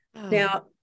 Now